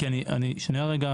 כי אני, שנייה רגע.